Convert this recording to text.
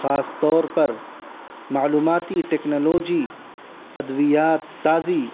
خاص طور پر معلوماتی ٹیکنالوجی ادویات سازی